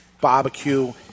barbecue